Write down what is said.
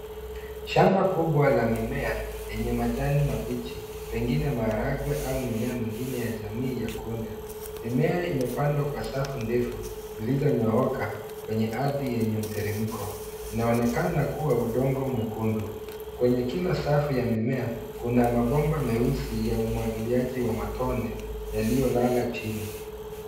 Shamba kubwa la mimea lenye majani mabichi pengine maharagwe au mimea mingine ya jamii ya kunde. Mimea imepandwa kwa safu ndefu zilizonyooka kwenye ardhi yenye mteremko. Inaonekana kuwa udongo mwekendu. Kwenye kila safu ya mimea kuna mabomba meusi ya umwagiliaji wa matone yaliyolala chini.